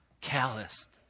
calloused